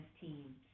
team